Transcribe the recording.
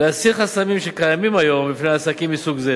חסמים שקיימים היום בפני עסקים מסוג זה.